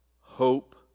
hope